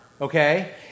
okay